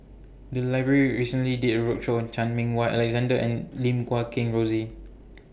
The Library recently did A roadshow on Chan Meng Wah Alexander and Lim Guat Kheng Rosie